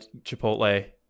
Chipotle